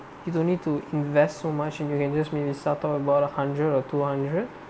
you don't need to invest so much and you can just be started about a hundred or two hundred